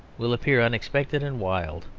will appear unexpected and wild.